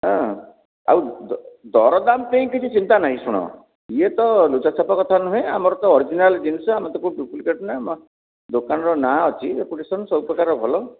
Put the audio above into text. ହଁ ଆଉ ଦରଦାମ୍ ପାଇଁ କିଛି ଚିନ୍ତା ନାହିଁ ଶୁଣ ଇଏ ତ ଲୁଚା ଛପା କଥା ନୁହେଁ ଆମର ତ ଅରିଜିନାଲ୍ ଜିନିଷ ଆମର ତ ଡୁପ୍ଳିକେଟ୍ ଦୋକାନର ନାଁ ଅଛି ରେପୁଟେସନ୍ ସବୁ ପ୍ରକାର ଭଲ